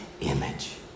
image